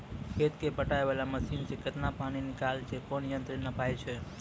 खेत कऽ पटाय वाला मसीन से केतना पानी निकलैय छै कोन यंत्र से नपाय छै